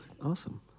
awesome